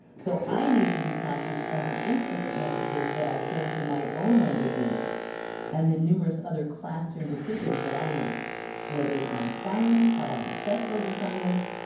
so i need to be conscious of the implicit message that i send through my own language use and the numerous other classroom decisions that i make whether it is my assignments, how i assess those assignments,